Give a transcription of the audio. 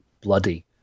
bloody